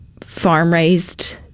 farm-raised